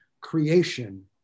creation